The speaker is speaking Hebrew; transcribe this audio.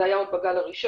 זה היה עוד בגל הראשון,